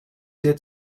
did